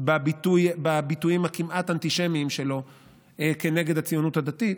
בביטויים הכמעט-אנטישמיים שלו כנגד הציונות הדתית,